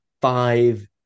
five